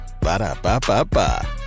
Ba-da-ba-ba-ba